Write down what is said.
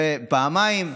רבותיי,